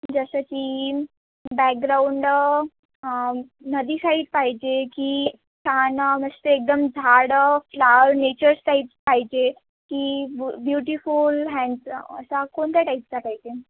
जसं की बॅग्राऊंड नदी साईड पाहिजे की छान ना मस्त एकदम झाडं फ्लावर नेचर्स टाईप पाहिजे की बु ब्युटीफुल हँडसम असा कोणत्या टाईपचा पाहिजे